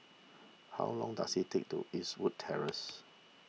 how long does it take to Eastwood Terrace